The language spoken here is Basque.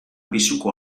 pisuko